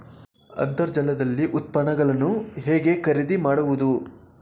ಅಂತರ್ಜಾಲದಲ್ಲಿ ಉತ್ಪನ್ನಗಳನ್ನು ಹೇಗೆ ಖರೀದಿ ಮಾಡುವುದು?